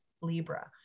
Libra